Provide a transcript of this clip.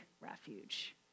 refuge